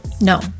No